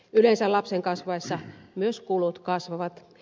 yleensä lapsen kasvaessa myös kulut kasvavat